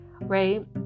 right